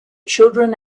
children